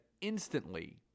instantly